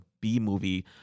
B-movie